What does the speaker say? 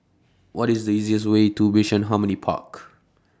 What IS The easiest Way to Bishan Harmony Park